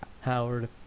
Howard